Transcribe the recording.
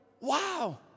wow